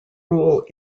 rule